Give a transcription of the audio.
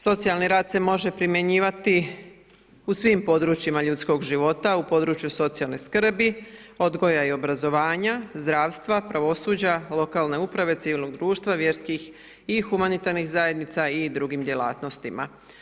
Socijalni rad se može primjenjivati u svim područjima ljudskog života, u području socijalne skrbi, odgoja i obrazovanja, zdravstva, pravosuđa, lokalne uprave, civilno društva, vjerskih i humanitarnih zajednica i drugim djelatnostima.